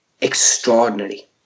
extraordinary